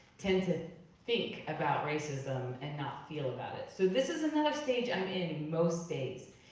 tend to think about racism and not feel about it. so this is another stage i'm in most days.